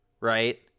right